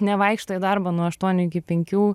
nevaikšto į darbą nuo aštuonių iki penkių